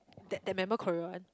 that that member Korea one